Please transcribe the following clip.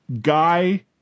Guy